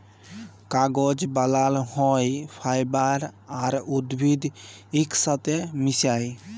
কাগজ বালাল হ্যয় ফাইবার আর উদ্ভিদ ইকসাথে মিশায়